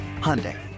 Hyundai